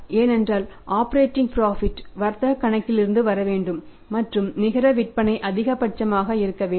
ஏனென்றால் operating profit ம் வர்த்தகக் கணக்கிலிருந்து வர வேண்டும் மற்றும் நிகர விற்பனை அதிகபட்சமாக இருக்க வேண்டும்